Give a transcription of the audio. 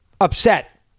upset